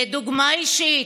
לדוגמה אישית,